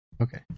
Okay